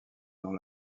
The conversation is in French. dans